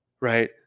right